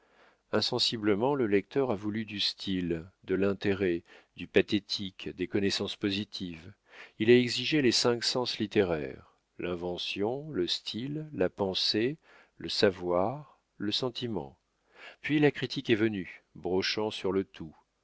insensiblement le lecteur a voulu du style de l'intérêt du pathétique des connaissances positives il a exigé les cinq sens littéraires l'invention le style la pensée le savoir le sentiment puis la critique est venue brochant sur le tout